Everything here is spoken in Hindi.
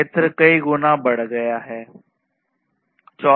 क्षेत्र कई गुना बढ़ गया है